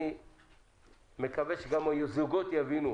אני מקווה שהזוגות יבינו,